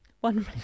One